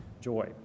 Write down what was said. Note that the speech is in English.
joy